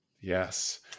Yes